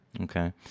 okay